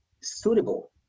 suitable